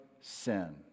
sin